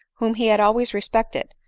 whom he had always respected,